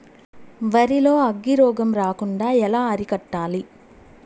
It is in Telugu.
వరి లో అగ్గి రోగం రాకుండా ఎలా అరికట్టాలి?